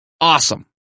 awesome